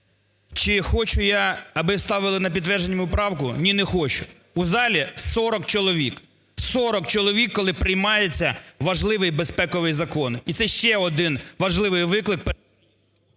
Чи хочу я, аби ставили на підтвердження мою правку? Ні, не хочу. У залі 40 чоловік, 40 чоловік, коли приймається важливий і безпековий закон. І це ще один важливий виклик…